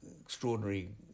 extraordinary